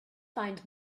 find